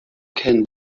can